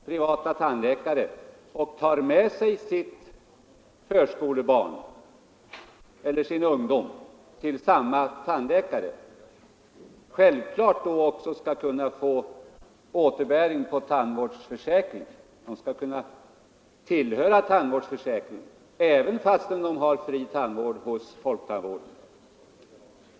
Herr talman! Jag vill bara för fröken Pehrsson påpeka att ingen motsätter sig folktandvårdens utbyggnad — där är vi helt eniga. Folktandvården skall byggas ut och skall ha sitt vårdansvar, och där skall skolbarnen gratis få sin tandvård, precis som de får nu. Men vad det gäller i dag är t.ex. att de föräldrar som går till sin privata tandläkare och tar med ett barn i förskoleåldern eller en ung son eller dotter till samma tandläkare självfallet också skall kunna få återbäring på tandvårdsförsäkringen. Dessa barn och ungdomar skall kunna tillhöra tandvårdsförsäkringen fastän de har fri tandvård hos folktandvården.